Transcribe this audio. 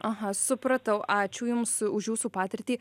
aha supratau ačiū jums už jūsų patirtį